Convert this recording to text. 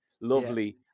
lovely